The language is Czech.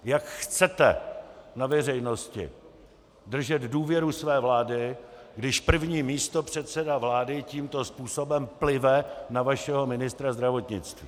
Jak chcete na veřejnosti držet důvěru své vlády, když první místopředseda vlády tímto způsobem plive na vašeho ministra zdravotnictví?